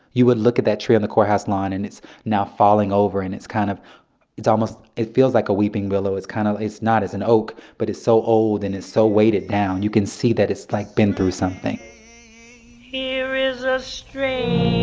you would look at that tree on the courthouse lawn, and it's now falling over, and it's kind of it's almost it feels like a weeping willow. it's kind of it's not it's an oak. but it's so old, and it's so weighted down, you can see that it's, like, been through something here is a strange